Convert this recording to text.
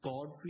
God